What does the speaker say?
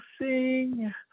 sing